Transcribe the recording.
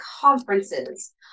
conferences